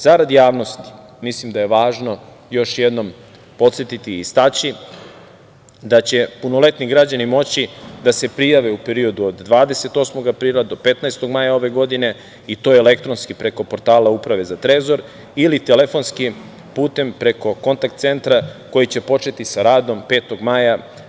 Zarad javnosti mislim da je važno još jednom podsetiti i istaći da će punoletni građani moći da se prijave u periodu od 28. aprila do 15. maja ove godine, i to elektronski preko portala Uprave za trezor ili telefonski preko kontakt-centra koji će početi sa radom 5. maja.